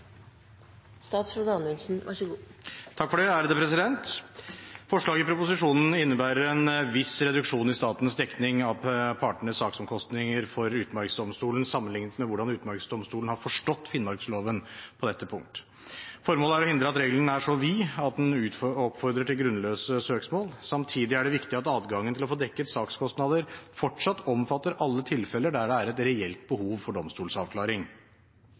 Forslaget i proposisjonen innebærer en viss reduksjon i statens dekning av partenes saksomkostninger for Utmarksdomstolen sammenlignet med hvordan Utmarksdomstolen har forstått finnmarksloven på dette punkt. Formålet er å hindre at regelen er så vid at den oppfordrer til grunnløse søksmål. Samtidig er det viktig at adgangen til å få dekket sakskostnader fortsatt omfatter alle tilfeller der det er et reelt behov for domstolsavklaring.